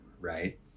right